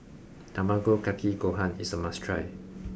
Tamago Kake Gohan is a must try